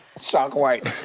shock white,